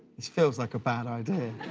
this feals like a bad idea.